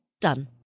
Done